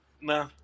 No